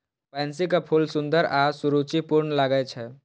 पैंसीक फूल सुंदर आ सुरुचिपूर्ण लागै छै